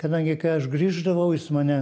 kadangi kai aš grįždavau jis mane